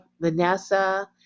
Vanessa